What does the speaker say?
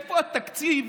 איפה התקציב,